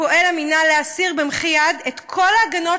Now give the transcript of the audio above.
פועל המינהל להסיר במחי-יד את כל ההגנות